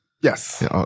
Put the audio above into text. Yes